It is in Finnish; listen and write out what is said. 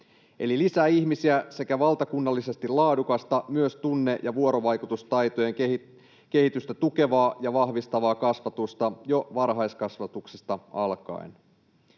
Eli lisää ihmisiä sekä valtakunnallisesti laadukasta, myös tunne- ja vuorovaikutustaitojen kehitystä tukevaa ja vahvistavaa kasvatusta jo varhaiskasvatuksesta alkaen.